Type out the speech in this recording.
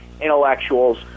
intellectuals